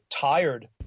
tired